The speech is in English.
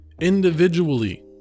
individually